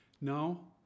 Now